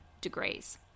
degrees